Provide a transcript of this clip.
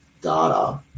data